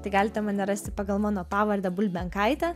tai galite mane rasti pagal mano pavardę bulbenkaitė